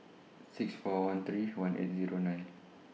six four one three one eight Zero nine